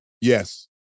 Yes